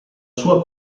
sua